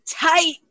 tight